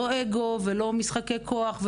לא אגו ולא משחקי כוח.